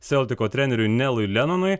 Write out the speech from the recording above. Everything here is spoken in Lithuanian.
seltiko treneriui nelui lenonui